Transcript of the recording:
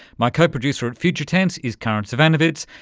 my co-producer at future tense is karin zsivanovits.